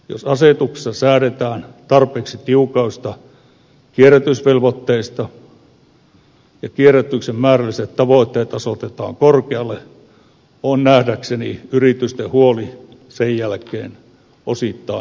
jos asetuksessa säädetään tarpeeksi tiukoista kierrätysvelvoitteista ja kierrätyksen määrälliset tavoitteet asetetaan korkealle on nähdäkseni yritysten huoli sen jälkeen osittain aiheeton